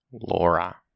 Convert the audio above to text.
Laura